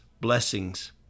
blessings